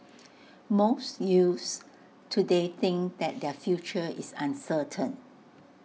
most youths today think that their future is uncertain